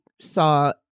saw